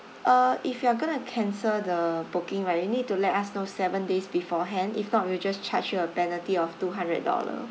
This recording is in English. uh if you are going to cancel the booking right you need to let us know seven days beforehand if not we'll just charge you a penalty of two hundred dollar